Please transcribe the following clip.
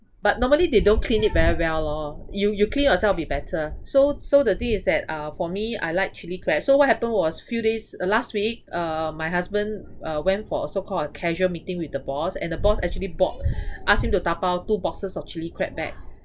but normally they don't clean it very well lor you you clean yourself will be better so so the thing is that uh for me I like chilli crab so what happened was few days uh last week uh my husband uh went for a so called a casual meeting with the boss and the boss actually bought ask him to tapau two boxes of chili crab back